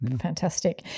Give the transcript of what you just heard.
fantastic